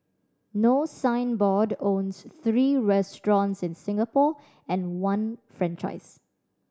no signboard owns three restaurants in Singapore and one franchisee